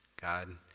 God